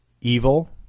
evil